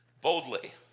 boldly